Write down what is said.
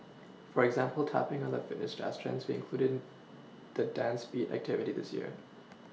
for example tapPing on the Fitness dance trends we included the dance beat activity this year